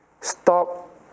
stop